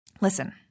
Listen